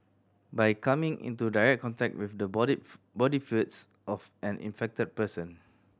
by coming into direct contact with the body body fluids of an infected person